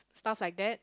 stuffs like that